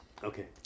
Okay